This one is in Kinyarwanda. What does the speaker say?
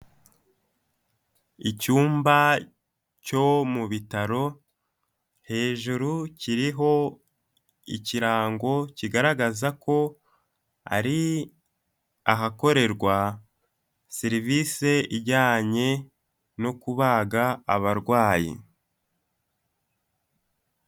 Icyumba cyo mu bitaro, hejuru kiriho ikirango kigaragaza ko ari ahakorerwa serivisi ijyanye no kubaga abarwayi.